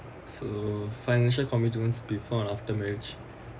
so financial commitments before and after marriage